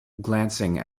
glancing